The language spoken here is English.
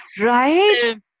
Right